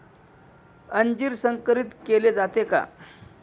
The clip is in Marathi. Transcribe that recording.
अंजीर संकरित केले जाते का?